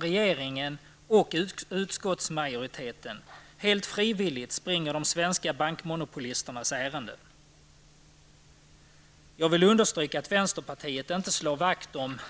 Regeringen och utskottsmajoriteten förefaller helt frivlligt springa de svenska bankmonopolisternas ärenden. Jag vill understryka att vänsterpartiet inte slår vakt om